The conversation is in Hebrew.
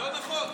לא נכון.